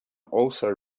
also